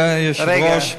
אדוני היושב-ראש.